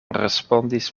respondis